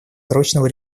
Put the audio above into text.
срочного